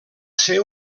ser